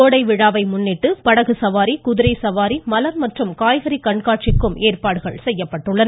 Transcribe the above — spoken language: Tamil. கோடை விழாவை முன்னிட்டு படகு சவாரி குதிரை சவாரி மலர் மற்றும் காய்கறி கண்காட்சிகளுக்கும் ஏற்பாடுகள் செய்யப்பட்டுள்ளன